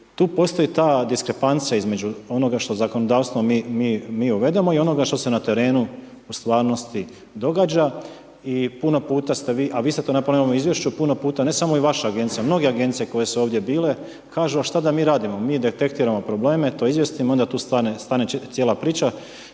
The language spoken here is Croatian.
tu postoji ta diskrepancija između onoga što zakonodavstvo mi uvedemo i onoga što se na terenu u stvarnosti događa. I puno puta ste vi, a vi ste to napomenuli u izvješću puno puta, ne samo vaša agencija, mnoge agencije koje su ovdje bile, kažu a šta da mi radimo, mi detektiramo probleme to izvezem i onda tu stane cijela priča.